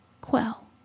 Quell